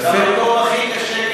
למקום הכי קשה.